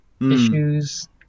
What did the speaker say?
issues